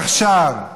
עכשיו,